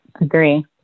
agree